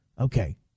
Okay